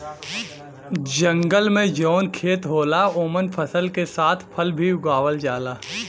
जंगल में जौन खेत होला ओमन फसल के साथ फल भी उगावल जाला